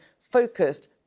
focused